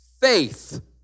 Faith